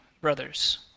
brothers